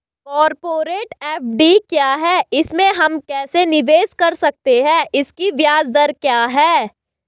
Corporate FD क्या है इसमें हम कैसे निवेश कर सकते हैं इसकी ब्याज दर क्या है?